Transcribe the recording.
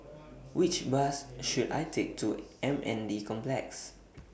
Which Bus should I Take to M N D Complex